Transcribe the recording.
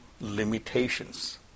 limitations